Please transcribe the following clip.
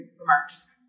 remarks